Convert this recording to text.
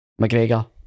McGregor